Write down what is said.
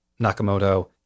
Nakamoto